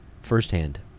firsthand